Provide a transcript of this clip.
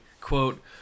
quote